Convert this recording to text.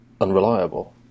unreliable